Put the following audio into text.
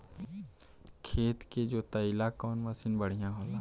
खेत के जोतईला कवन मसीन बढ़ियां होला?